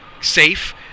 safe